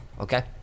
Okay